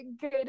good